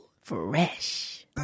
Fresh